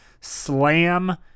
slam